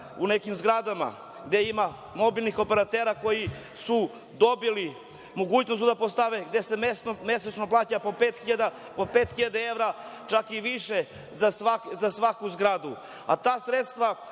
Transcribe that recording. nekim zgradama ima mobilnih operatera koji su dobili mogućnost tu da postave, gde se mesečno plaća po 5.000 evra, čak i više za svaku zgradu,